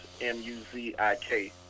M-U-Z-I-K